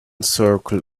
circle